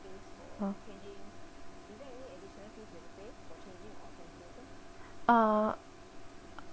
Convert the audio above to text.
uh